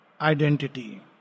identity